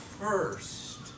first